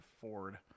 Ford